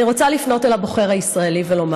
אני רוצה לפנות אל הבוחר הישראלי ולומר